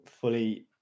fully